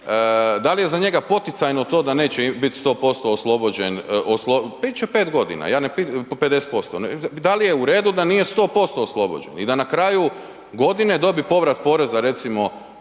da li je za njega poticajno to da neće biti 100% oslobođen, bit će 5 godina. Ja ne, 50%, da li je u redu da nije 100% oslobođen i da na kraju godine dobi povrat poreda recimo